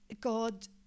God